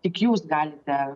tik jūs galite